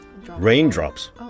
raindrops